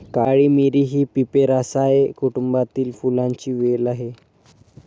काळी मिरी ही पिपेरासाए कुटुंबातील फुलांची वेल आहे